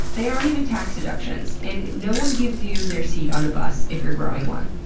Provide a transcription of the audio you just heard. they aren't even tax deductions. and no one gives you their seat on the bus if you're growing one.